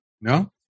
No